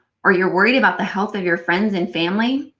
or you're worried about the health of your friends and family,